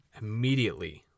immediately